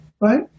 right